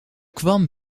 kwam